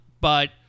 But-